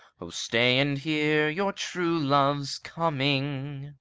o, stay and hear your true love's coming,